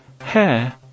hair